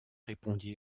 répondit